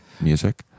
music